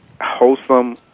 wholesome